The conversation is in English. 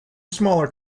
smaller